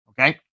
okay